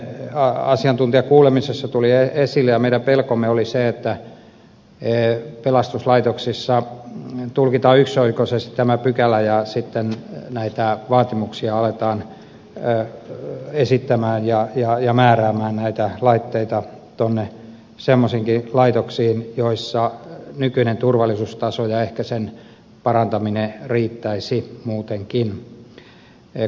asiantuntijakuulemisessa tuli esille ja meidän pelkomme oli se että pelastuslaitoksissa tulkitaan yksioikoisesti tämä pykälä ja sitten näitä vaatimuksia aletaan esittää ja määrätä näitä laitteita semmoisiinkin laitoksiin joissa nykyinen turvallisuustaso ja sen parantaminen ehkä riittäisivät muutenkin